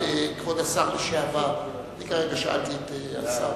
כבוד השר לשעבר, אני כרגע שאלתי את השר.